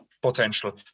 potential